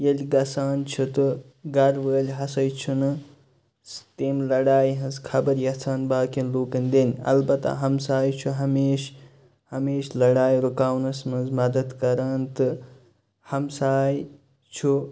ییٚلہِ گژھان چھُ تہٕ گَرٕ وٲلۍ ہسَے چھِنہٕ تَمہِ لڑایہِ ہِنٛز خبر یژھان باقِیَن لوٗکَن دِنۍ البتہ ہمسایہِ چھُ ہمیشہِ ہمیشہِ لڑایہِ رُکاونَس منٛز مدد کران تہٕ ہمساے چھُ